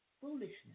Foolishness